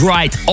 Right